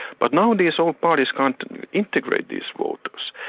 but now these old parties can't integrate these voters.